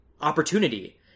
opportunity